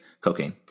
Cocaine